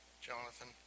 Jonathan